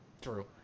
True